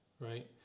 right